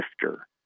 shifter